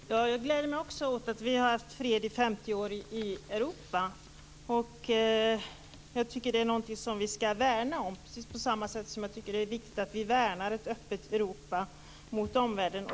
Fru talman! Jag gläder mig också åt att vi har haft fred i 50 år i Europa. Jag tycker att det är någonting som vi ska värna, precis på samma sätt som jag tycker att det är viktigt att vi värnar ett öppet Europa mot omvärlden.